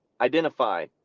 identify